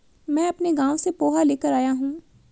मैं अपने गांव से पोहा लेकर आया हूं